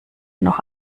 noch